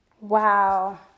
Wow